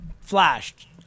flashed